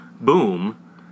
boom